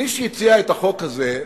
מי שהציע את החוק הזה,